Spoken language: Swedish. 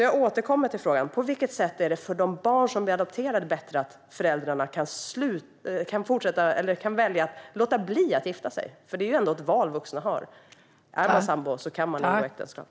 Jag återkommer till frågan: På vilket sätt är det för de barn som är adopterade bättre att föräldrarna kan välja att låta bli att gifta sig? Det är ändå ett val som vuxna har. Är man sambo kan man ingå äktenskap.